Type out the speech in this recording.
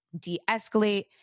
De-escalate